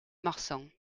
marsan